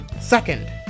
Second